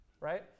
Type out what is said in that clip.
right